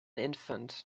infant